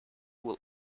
will